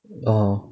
orh